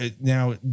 Now